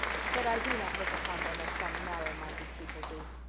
but i do not look upon them as some narrow-minded people do.